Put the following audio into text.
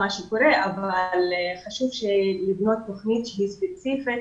אבל חשוב לבנות תוכנית שהיא ספציפית